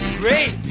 great